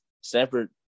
Stanford